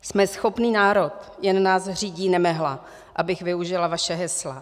Jsme schopný národ, jen nás řídí nemehla, abych využila vaše hesla.